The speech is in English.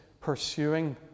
pursuing